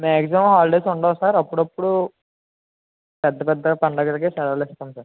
maximum holidays ఉండవు sir అప్పుడప్పుడు పెద్ద పెద్ద పండగలకే సర్ హాలిడేస్ ఇస్తాం సర్